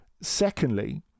Secondly